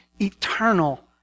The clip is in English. eternal